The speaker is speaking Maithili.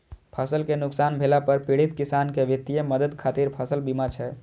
फसल कें नुकसान भेला पर पीड़ित किसान कें वित्तीय मदद खातिर फसल बीमा छै